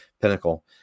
pinnacle